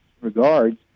regards